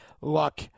luck